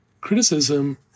Criticism